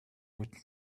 wrote